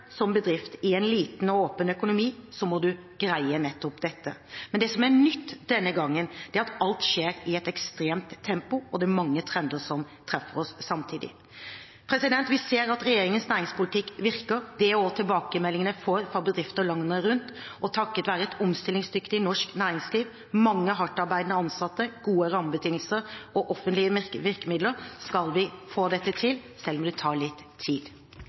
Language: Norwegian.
som bedrift i en liten og åpen økonomi, må en greie nettopp dette. Men det som er nytt denne gangen, er at alt skjer i et ekstremt tempo. Det er mange trender som treffer oss samtidig. Vi ser at regjeringens næringspolitikk virker. Det er også tilbakemeldingen jeg får fra bedrifter landet rundt. Takket være et omstillingsdyktig norsk næringsliv, mange hardtarbeidende ansatte, gode rammebetingelser og offentlige virkemidler skal vi få dette til, selv om det tar litt tid.